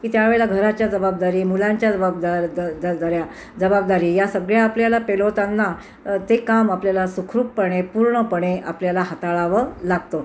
की त्या वेळेला घराच्या जबाबदारी मुलांच्या जबाबदार दर दर दऱ्या जबाबदारी या सगळ्या आपल्याला पेलवताना ते काम आपल्याला सुखरूपपणे पूर्णपणे आपल्याला हाताळावं लागतं